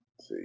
See